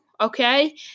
okay